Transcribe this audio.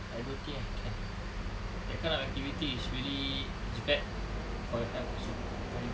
I don't think I can that kind of activity is really is bad for your health also very bad